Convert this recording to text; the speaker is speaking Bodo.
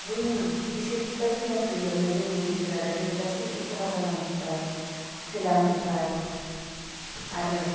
जोंनि बिसोर बायदि नायफैयियावनो जोंनि जिब जुनारा दिनै गासैबो खहा जालांजोबबाय थैलांजोबबाय आरो